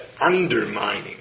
undermining